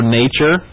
nature